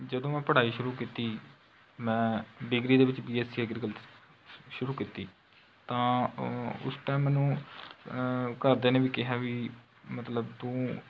ਜਦੋਂ ਮੈਂ ਪੜ੍ਹਾਈ ਸ਼ੁਰੂ ਕੀਤੀ ਮੈਂ ਡਿਗਰੀ ਦੇ ਵਿੱਚ ਬੀ ਐੱਸ ਸੀ ਐਗਰੀਕਲਚਰ ਸ਼ੁਰੂ ਕੀਤੀ ਤਾਂ ਉਸ ਟਾਈਮ ਮੈਨੂੰ ਘਰਦਿਆਂ ਨੇ ਵੀ ਕਿਹਾ ਵੀ ਮਤਲਬ ਤੂੰ